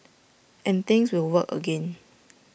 and things will work again